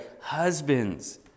Husbands